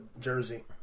jersey